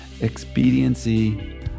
expediency